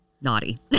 naughty